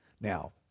Now